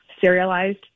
serialized